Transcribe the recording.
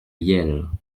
yale